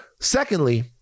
Secondly